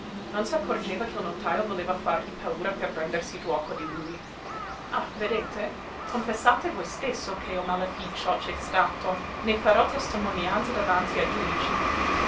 mia non s'accorgeva che il notajo voleva fargli paura per prendersi giuoco di lui ah vedete confessate voi stesso che il maleficio c'è stato ne farò testimonianza davanti ai giudici